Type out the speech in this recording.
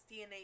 DNA